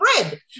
bread